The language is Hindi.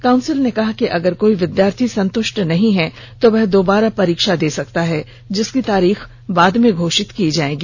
काउंसिल ने कहा कि अगर कोई विद्यार्थी संतृष्ट नहीं है तो वह दोबारा परीक्षा दे सकता है जिसकी तारीख बाद में घोषित की जाएगी